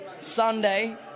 Sunday